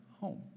home